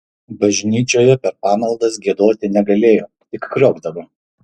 bažnyčioje per pamaldas giedoti negalėjo tik kriokdavo